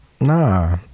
nah